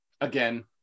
again